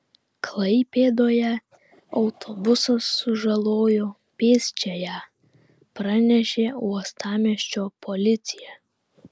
klaipėdoje autobusas sužalojo pėsčiąją pranešė uostamiesčio policija